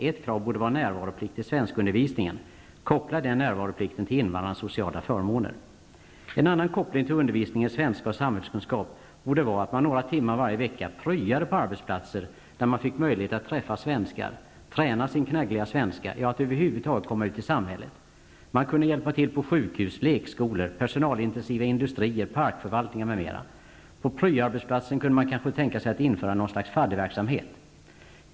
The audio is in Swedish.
Ett krav borde vara närvaroplikt vid svenskundervisningen. Koppla denna närvaroplikt till invandrarnas sociala förmåner. En annan koppling till undervisningen i svenska och samhällskunskap borde vara att invandrarna några timmar varje vecka pryade på arbetsplatser där de fick möjlighet att träffa svenskar, träna sin knaggliga svenska -- ja, att över huvud taget komma ut i samhället. De kunde hjälpa till på sjukhus, lekskolor, personalintensiva industrier, parkförvaltningar, m.m. På pryoarbetsplatsen kunde man kanske tänka sig att införa något slags fadderverksamhet.